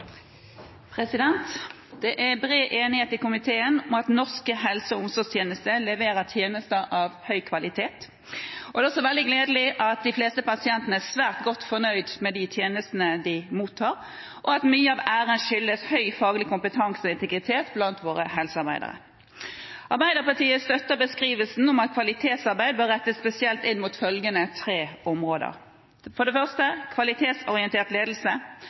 Det er bred enighet i komiteen om at den norske helse- og omsorgstjenesten leverer tjenester av høy kvalitet. Det er også veldig gledelig at de fleste pasientene er svært godt fornøyd med de tjenestene de mottar, og mye av æren skyldes høy faglig kompetanse og integritet blant våre helsearbeidere. Arbeiderpartiet støtter beskrivelsen om at kvalitetsarbeid bør rettes spesielt inn mot følgende tre områder: For det første: kvalitetsorientert ledelse.